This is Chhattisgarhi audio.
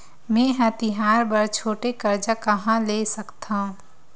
मेंहा तिहार बर छोटे कर्जा कहाँ ले सकथव?